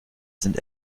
sind